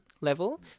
level